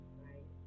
right